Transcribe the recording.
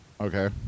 Okay